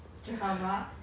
why do you like it so much